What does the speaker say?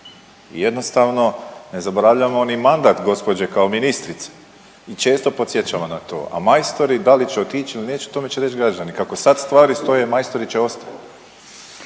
i jednostavno ne zaboravljamo ni mandat gospođe kao ministrice mi često podsjećamo na to a majstori da li će otić ili neće o tome će reć građani kako sad stvari stoje majstori će ostat.